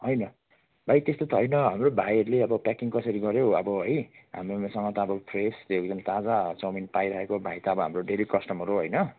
होइन भाइ त्यस्तो त होइन हाम्रो भाइहरूले अब प्याकिङ कसरी गऱ्यो अब है हाम्रोमा सामान त अब फ्रेस थियो एकदम ताजा चाउमिन पाइरहेको अब भाइ त अब डेली कस्टोमर हो होइन